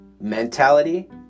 mentality